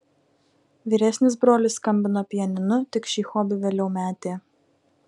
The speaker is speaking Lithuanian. vyresnis brolis skambino pianinu tik šį hobį vėliau metė